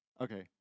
Okay